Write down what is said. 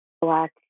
black